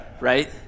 right